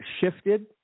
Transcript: shifted